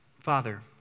Father